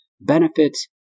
benefits